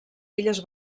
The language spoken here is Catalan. illes